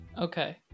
Okay